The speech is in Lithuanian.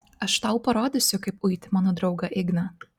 aš tau parodysiu kaip uiti mano draugą igną